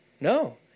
No